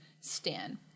stan